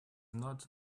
not